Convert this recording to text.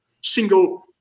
single